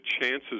chances